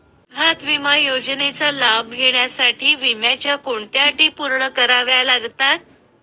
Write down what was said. अपघात विमा योजनेचा लाभ घेण्यासाठी विम्याच्या कोणत्या अटी पूर्ण कराव्या लागतात?